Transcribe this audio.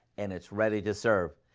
and it's ready to serve!